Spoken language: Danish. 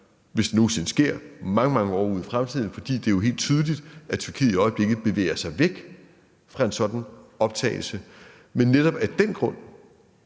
hvis det nogen sinde sker – mange, mange år ud i fremtiden, fordi det jo er helt tydeligt, at Tyrkiet i øjeblikket bevæger sig væk fra en sådan optagelse. Men netop af den grund